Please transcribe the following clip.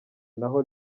naho